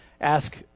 Ask